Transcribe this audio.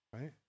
right